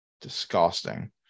Disgusting